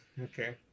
Okay